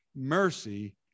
Mercy